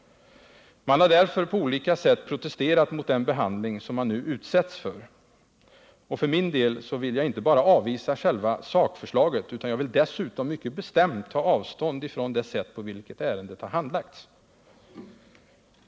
Man har därför på olika sätt protesterat mot den behandling som man nu utsätts för. För min del vill jag inte bara avvisa själva sakförslaget, utan jag vill dessutom mycket bestämt ta avstånd från det sätt på vilket ärendet har handlagts.